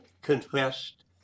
confessed